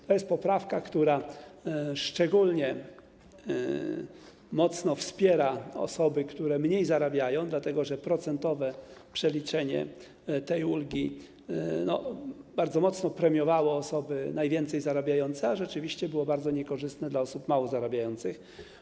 To jest poprawka, która szczególnie mocno wspiera osoby mniej zarabiające, dlatego że procentowe przeliczenie tej ulgi bardzo mocno premiowało osoby najwięcej zarabiające, a rzeczywiście było bardzo niekorzystne dla osób mało zarabiających.